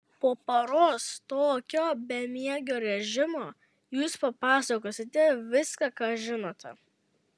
po paros tokio bemiegio režimo jūs papasakosite viską ką žinote